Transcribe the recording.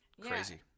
Crazy